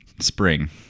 spring